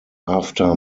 after